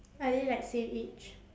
are they like same age